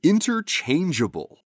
Interchangeable